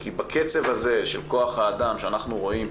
כי בקצב הזה של כוח האדם שאנחנו רואים,